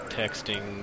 texting